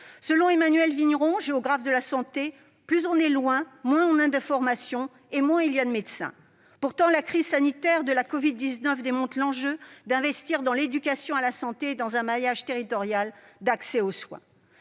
Selon Emmanuel Vigneron, géographe de la santé, plus on est loin, moins on a d'informations et moins il y a de médecins. Pourtant, la crise sanitaire de la covid-19 souligne l'enjeu que constitue l'investissement dans l'éducation à la santé et dans un maillage territorial d'accès aux soins.